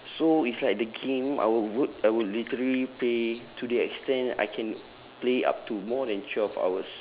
so it's like the game I would work I would literally play to the extent that I can play up to more than twelve hours